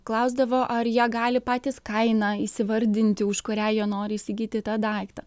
klausdavo ar jie gali patys kainą įsivardinti už kurią jie nori įsigyti tą daiktą